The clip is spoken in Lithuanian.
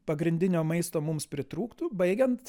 pagrindinio maisto mums pritrūktų baigiant